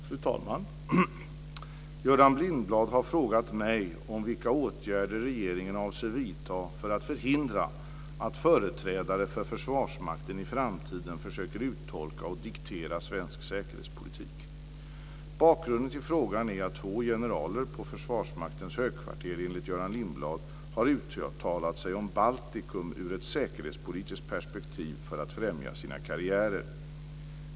Fru talman! Göran Lindblad har frågat mig om vilka åtgärder regeringen avser vidta för att förhindra att företrädare för Försvarsmakten i framtiden försöker uttolka och diktera svensk säkerhetspolitik. Bakgrunden till frågan är att två generaler på Försvarsmaktens högkvarter enligt Göran Lindblad har uttalat sig om Baltikum ur ett säkerhetspolitiskt perspektiv för att främja sina karriärer.